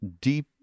deep